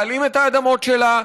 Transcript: להלאים את האדמות שלה,